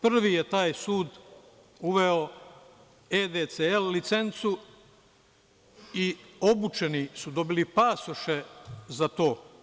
Prvi je taj sud uveo EDCL licencu i obučeni su dobili pasoše za to.